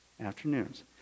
afternoons